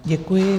Děkuji.